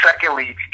Secondly